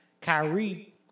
Kyrie